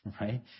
right